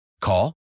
Call